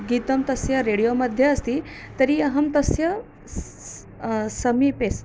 गीतं तस्य रेडियो मध्ये अस्ति तर्हि अहं तस्य समीपे स्